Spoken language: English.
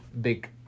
big